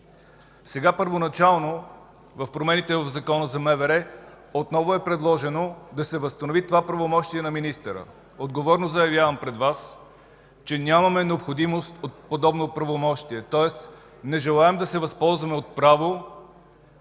Сега първоначално в промените на Закона за МВР отново е предложено да се възстанови това правомощие на министъра. Отговорно заявявам пред Вас, че нямаме необходимост от подобно правомощие, тоест не желаем да се възползваме от право